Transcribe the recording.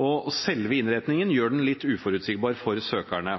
og selve innretningen gjør den litt uforutsigbar for søkerne.